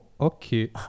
okay